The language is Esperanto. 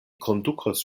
kondukos